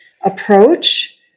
approach